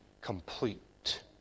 complete